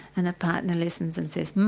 and the partner listens and says